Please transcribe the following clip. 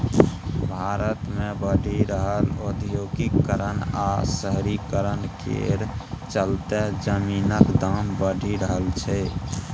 भारत मे बढ़ि रहल औद्योगीकरण आ शहरीकरण केर चलते जमीनक दाम बढ़ि रहल छै